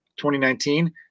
2019